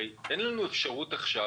הרי אין לנו אפשרות עכשיו,